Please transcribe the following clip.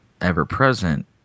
ever-present